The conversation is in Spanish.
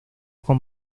con